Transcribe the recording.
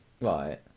Right